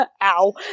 ow